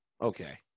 okay